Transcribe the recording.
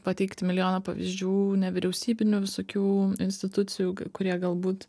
pateikt milijoną pavyzdžių nevyriausybinių visokių institucijų kurie galbūt